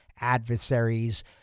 adversaries